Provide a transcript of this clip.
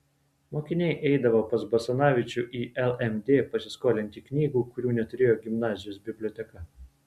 mokiniai eidavo pas basanavičių į lmd pasiskolinti knygų kurių neturėjo gimnazijos biblioteka